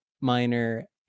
minor